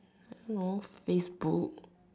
most Facebook